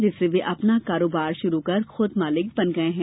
जिससे वे अपना कारोबार शुरू कर खुद मालिक बन गये हैं